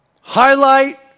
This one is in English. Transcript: Highlight